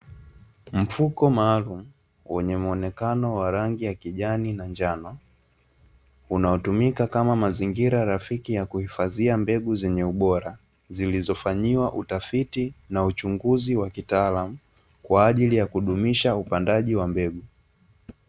Mfuko maalumu wenye muonekano wa rangi ya kijani na njano, unaotumika kama mazingira rafiki ya kuhifadhia mbegu zenye ubora, zilizofanyiwa utafiti na uchunguzi wa kitaalamu, kwa ajili ya kudumisha upandaji wa mbegu.